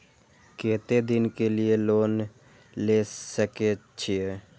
केते दिन के लिए लोन ले सके छिए?